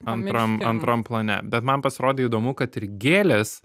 antram antram plane bet man pasirodė įdomu kad ir gėlės